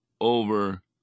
over